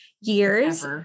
years